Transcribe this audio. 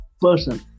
person